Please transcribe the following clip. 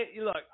Look